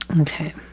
Okay